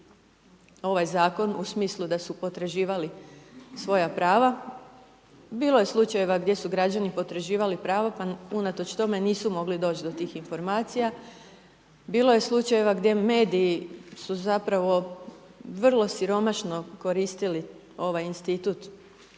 ovaj Zakon u smislu da su potraživali svoja prava. Bilo je slučajeva gdje su građani potraživali prava, pa unatoč tome nisu mogli doći do tih informacija, bilo je slučajeva gdje mediji su, zapravo, vrlo siromašno koristili ovaj institut,